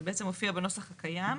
זה בעצם מופיע בנוסח הקיים.